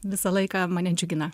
visą laiką mane džiugina